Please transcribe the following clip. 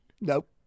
Nope